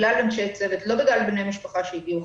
בגלל אנשי צוות, לא בגלל בני משפחה שהגיעו.